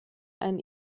ein